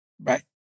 Right